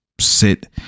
Sit